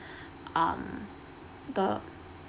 um the